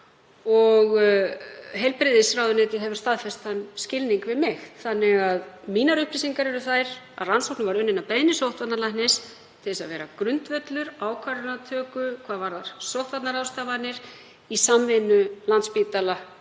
og heilbrigðisráðuneytið hefur staðfest þann skilning við mig. Þannig að mínar upplýsingar eru þær að rannsóknin var unnin að beiðni sóttvarnalæknis til að vera grundvöllur ákvarðanatöku hvað varðar sóttvarnaráðstafanir í samvinnu Landspítala